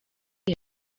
you